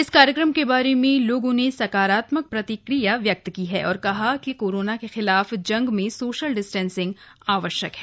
इस कार्यक्रम के बारे लोगों ने सकारात्मक प्रतिक्रिया व्यक्त की है और कहा कि कोरोना के खिलाफ जंग में सोशल डिस्टेन्सिंग आवश्यक है